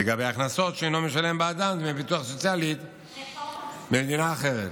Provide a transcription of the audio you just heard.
לגבי הכנסות שהוא אינו משלם בעדן דמי ביטוח סוציאלי במדינה אחרת.